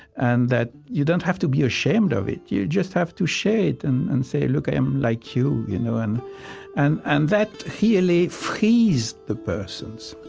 and that you don't have to be ashamed of it. you just have to share it and and say, look, i am like you. you know and and and that really frees the persons